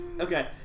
okay